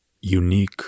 unique